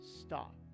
Stop